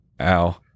ow